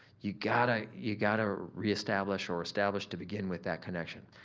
you gotta you gotta reestablish or establish to begin with that connection.